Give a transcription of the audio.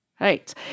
right